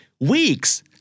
weeks